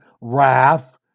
wrath